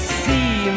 see